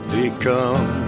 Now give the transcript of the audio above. become